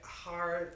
hard